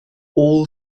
all